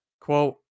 Quote